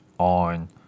on